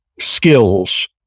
skills